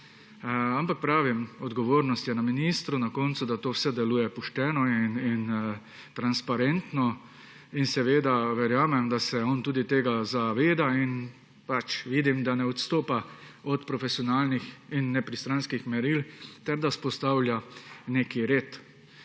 Ampak, kot pravim, odgovornost je na koncu na ministru, da to vse deluje pošteno in transparentno. Verjamem, da se on tega tudi zaveda. Vidim, da ne odstopa od profesionalnih in nepristranskih meril ter vzpostavlja neki red.